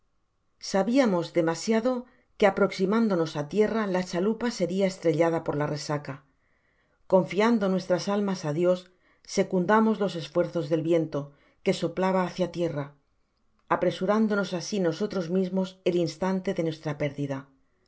sabiamos demasiado que en aproximándonos á tierra la chalupa seria estrellada por la resaca confiando nuestras almas á dios secundamos los esfuerzos del viento que soplaba hácia tierra apresurándonos asi nosotros mismos el instante de nuestra pérdida